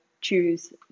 choose